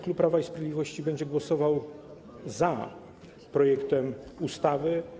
Klub Prawa i Sprawiedliwości będzie głosował za projektem ustawy.